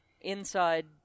inside